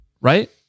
Right